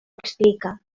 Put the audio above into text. explica